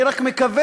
אני רק מקווה